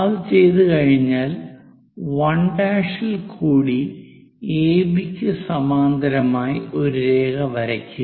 അത് ചെയ്തുകഴിഞ്ഞാൽ 1' ഇൽ കൂടി എബി ക്ക് സമാന്തരമായി ഒരു രേഖ വരയ്ക്കുക